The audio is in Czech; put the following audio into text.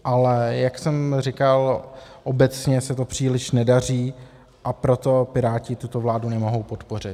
Ale jak jsem říkal, obecně se to příliš nedaří, a proto Piráti tuto vládu nemohou podpořit.